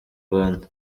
rwanda